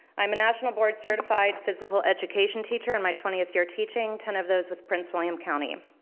i'm a national board certified physical education teacher in my twentieth year teaching. ten of those with prince william county.